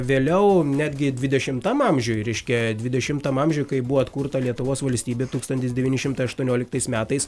vėliau netgi dvidešimtam amžiui reiškia dvidešimtam amžiui kai buvo atkurta lietuvos valstybė tūkstantis devyni šimtai aštuonioliktais metais